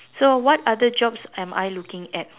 so what other jobs am I looking at